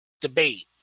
debate